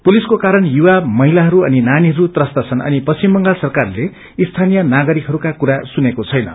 पुलिसको कारण युवा महिलाहरू अनि नानीहरू त्रस्त छन् अनि पश्चिम बंगाल सरकारले स्थानीय नागरिकहरूका कुरा सुनेको छैन